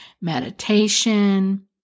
meditation